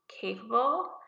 capable